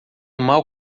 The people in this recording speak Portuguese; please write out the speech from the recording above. mal